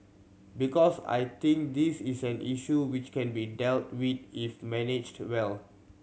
because I think this is an issue which can be dealt with if managed well